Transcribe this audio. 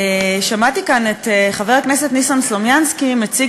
שמעתי כאן את חבר הכנסת ניסן סלומינסקי מציג